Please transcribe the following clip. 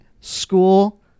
school